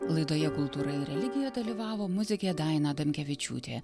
laidoje kultūra ir religija dalyvavo muzikė daina adamkevičiūtė